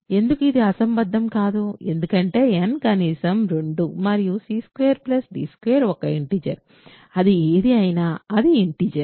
ఎందుకు ఇది అసంబద్ధం కాదు ఎందుకంటే n కనీసం 2 మరియు c 2 d 2 ఒక ఇంటిజర్ అది ఏది అయినా అది ఇంటిజర్